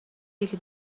یکی